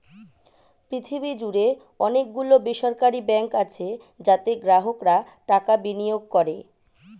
পৃথিবী জুড়ে অনেক গুলো বেসরকারি ব্যাঙ্ক আছে যাতে গ্রাহকরা টাকা বিনিয়োগ করে